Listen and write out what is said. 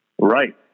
Right